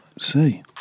See